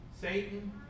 Satan